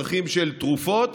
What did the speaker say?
צרכים של תרופות,